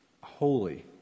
Holy